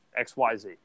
XYZ